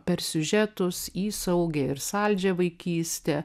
per siužetus į saugią ir saldžią vaikystę